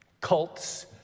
cults